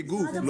כגוף,